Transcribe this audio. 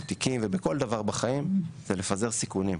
תיקים ובכל דבר בחיים זה לפזר סיכונים,